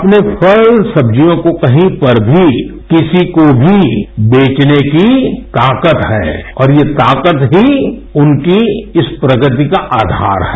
अपने फल सब्जियों को कहीं पर भी किसी को भी बेचने की ताकत है और ये ताकत ही उनकी इस प्रगति का आघार है